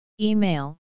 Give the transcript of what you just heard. Email